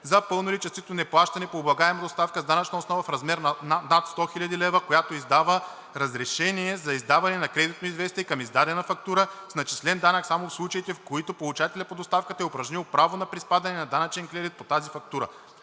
за пълно или частично неплащане по облагаема доставка с данъчна основа в размер над 100 000 лева, която издава разрешение за издаване на кредитното известие към издадена фактура с начислен данък, само в случаите, в които получателят по доставката е упражнил право на приспадане на данъчен кредит по тази фактура.